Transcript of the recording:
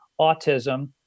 autism